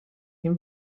این